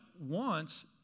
wants